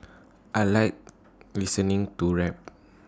I Like listening to rap